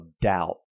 doubt